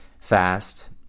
fast